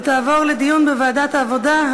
ותעבור לדיון בוועדת העבודה,